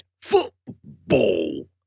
football